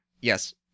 yes